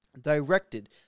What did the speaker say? Directed